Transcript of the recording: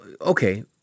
Okay